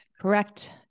correct